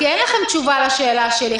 כי אין לכם תשובה לשאלה שלי.